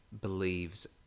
believes